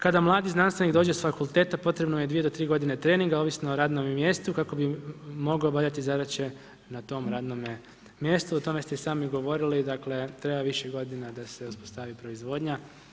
Kada mladi znanstvenik dođe s fakulteta, potrebno je 2 do 3 godina treninga, ovisno o radnom mjestu kako bi mogao obavljati zadaće na tom radnome mjestu, o tome ste i sami govorili, dakle treba više godina da se uspostavi proizvodnja.